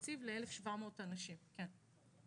לי יש תקציב ל-1,700 אנשים בשנה רק